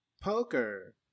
Poker